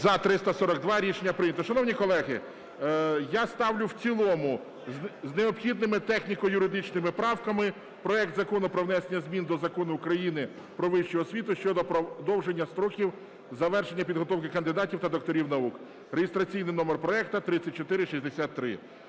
За-342 Рішення прийнято. Шановні колеги, я ставлю в цілому з необхідними техніко-юридичними правками проект Закону про внесення змін до Закону України "Про вищу освіту" щодо продовження строків завершення підготовки кандидатів та докторів наук (реєстраційний номер проекту 3463).